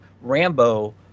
Rambo